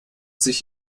sich